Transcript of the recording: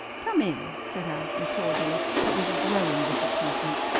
come in, said allison cordially, but with a growing disappointment.